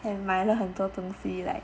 and 买了很多东西 like